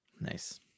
nice